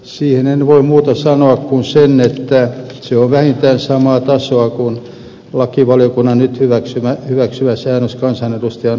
siihen en voi muuta sanoa kuin sen että se on vähintään samaa tasoa kuin lakivaliokunnan nyt hyväksymä säännös kansanedustajan lahjusrikoksista